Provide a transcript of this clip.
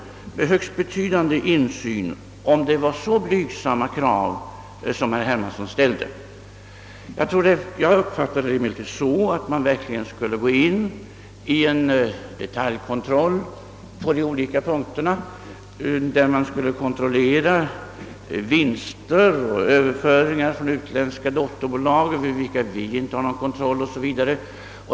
Jag har emellertid uppfattat saken på det sättet, att det inte var så blygsamma krav som herr Hermansson ställde utan att han avsåg att vi verkligen skulle gå in i en detaljkontroll på de olika punkterna, där man skulle kontrollera vinster och överföringar från olika dotterbolag över vilka vi inte har någon kontroll o.s.v.